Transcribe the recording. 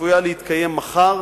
שצפויה להתקיים מחר,